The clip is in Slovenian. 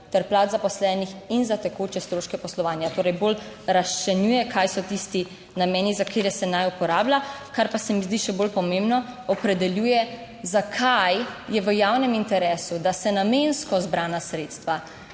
ter plač zaposlenih in za tekoče stroške poslovanja." - torej, bolj razčlenjuje, kaj so tisti nameni, za katere se naj uporablja. Kar pa se mi zdi še bolj pomembno, opredeljuje zakaj je v javnem interesu, da se namensko zbrana sredstva,